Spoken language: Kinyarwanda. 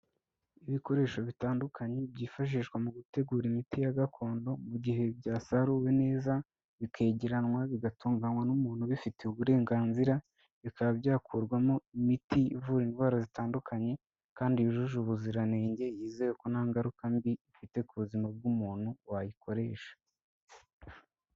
Ibikoresho bitandukanye byifashishwa mu gutegura imiti ya gakondo, mu gihe byasaruwe neza, bikegeranwa bigatunganywa n'umuntu ubifitiye uburenganzira, bikaba byakurwamo imiti ivura indwara zitandukanye, kandi yujuje ubuziranenge, yizewe ko nta ngaruka mbi ifite ku buzima bw'umuntu wayikoresha.